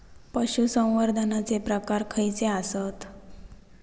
पशुसंवर्धनाचे प्रकार खयचे आसत?